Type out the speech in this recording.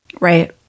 Right